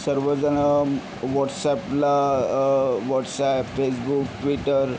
सर्वजणं व्हॉट्सअॅपला WhatsApp Facebook Twitter